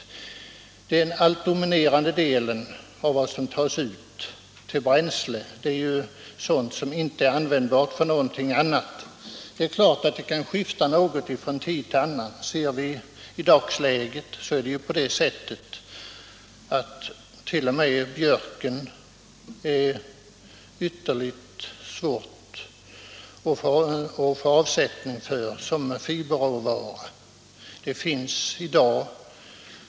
Den helt dominerande delen av uttaget till bränsle är sådant material som inte är användbart för något annat ändamål. Det är klart att förhållandena kan skifta något från tid till annan — i dagsläget är det ju t. 0. m. utomordentligt svårt att få avsättning för björken som fiberråvara.